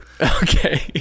okay